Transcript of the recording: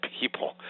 people